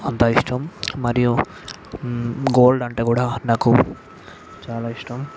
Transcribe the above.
అంత ఇష్టం మరియు గోల్డ్ అంటే కూడా నాకు చాలా ఇష్టం